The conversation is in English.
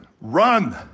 Run